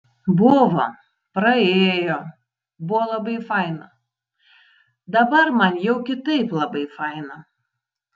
buvo praėjo buvo labai faina dabar man jau kitaip labai faina